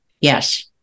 Yes